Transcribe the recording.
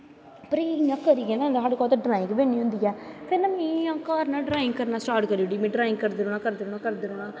पर इयां करियै ना साढ़ै कोला ड्राईंग बननी होंदी ऐ कन्नैं में ना इयां घर ड्राईंग करी ओड़ी में ड्राईंग करदे रौह्नां करदे रौह्नां